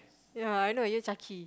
ya I know you Chucky